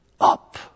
up